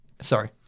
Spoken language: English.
Sorry